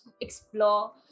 explore